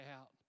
out